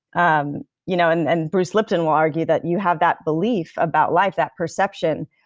um you know and and bruce lipton will argue that you have that belief about life, that perception,